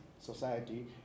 society